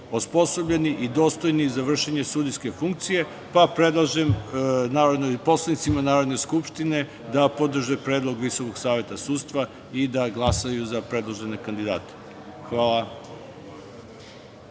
osposobljeni i dostojni za vršenje sudijske funkcije, pa predlažem poslanicima Narodne skupštine da podrže predlog Visokog saveta sudstva i da glasaju za predložene kandidate. Hvala.